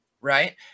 right